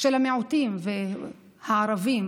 של המיעוטים והערבים,